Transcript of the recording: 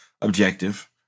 objective